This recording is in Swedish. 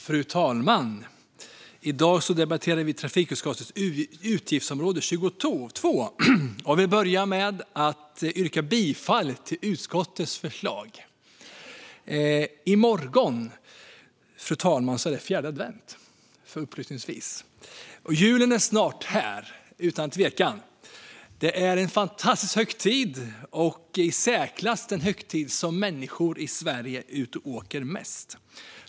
Fru talman! I dag debatterar vi trafikutskottets utgiftsområde 22. Jag vill börja med att yrka bifall till utskottets förslag. I morgon, fru talman, är det upplysningsvis fjärde advent. Julen är utan tvekan snart här. Det är en fantastisk högtid, och i särklass den högtid då människor i Sverige är ute och åker som mest.